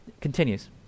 Continues